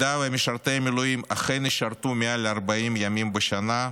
אם משרתי המילואים אכן ישרתו מעל 40 ימים בשנה,